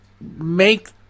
make